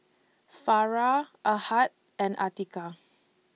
Farah Ahad and Atiqah